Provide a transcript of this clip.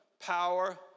power